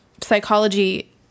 psychology